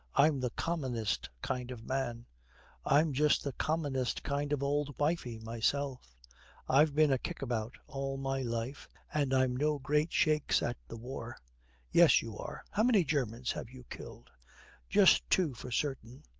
i'm the commonest kind of man i'm just the commonest kind of old wifie myself i've been a kick-about all my life, and i'm no great shakes at the war yes, you are. how many germans have you killed just two for certain,